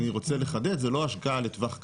אני רוצה לחדד, זה לא השקעה לטווח קצר,